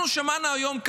אנחנו שמענו היום,